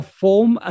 form